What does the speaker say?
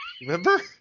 Remember